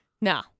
no